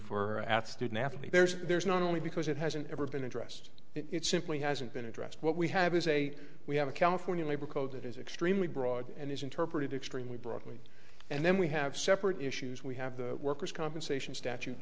for student athlete there's there's not only because it hasn't ever been addressed it simply hasn't been addressed what we have is a we have a california labor code that is extremely broad and is interpreted extremely broadly and then we have separate issues we have the workers compensation statute